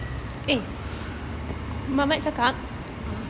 ah